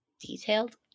detailed